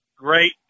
Great